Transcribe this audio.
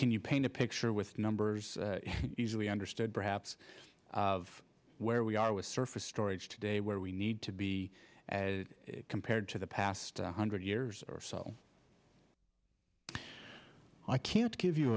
can you paint a picture with numbers easily understood perhaps of where we are with surface storage today where we need to be as compared to the past one hundred years or so i can't give you